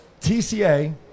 TCA